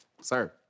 sir